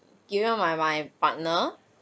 you know my my partner